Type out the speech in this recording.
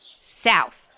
South